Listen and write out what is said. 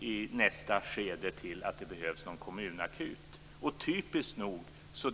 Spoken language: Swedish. i nästa skede leder till att det behövs en kommunakut.